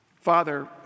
Father